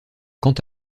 quant